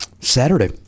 Saturday